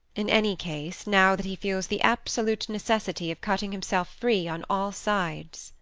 in any case, now that he feels the absolute necessity of cutting himself free on all sides